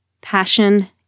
passion